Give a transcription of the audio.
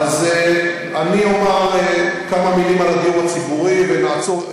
אז אני אומר כמה מילים על הדיור הציבורי ונעצור,